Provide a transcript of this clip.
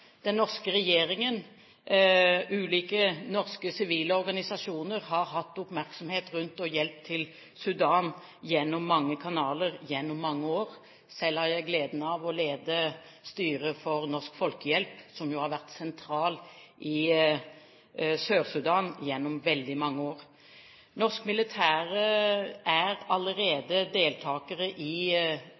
Den norske regjeringen og ulike norske sivile organisasjoner har hatt oppmerksomhet rundt og hjelp til Sudan gjennom mange kanaler gjennom mange år. Selv har jeg hatt gleden av å lede styret for Norsk Folkehjelp, som jo har vært sentral i Sør-Sudan gjennom veldig mange år. Norske militære er allerede deltakere i